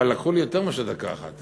אבל לקחו לי יותר מאשר דקה אחת.